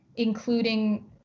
including